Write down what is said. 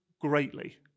greatly